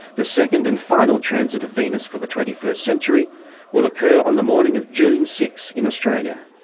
the second and final transit of venus for the twenty first century will occur on the morning of june six in australia.